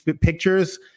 pictures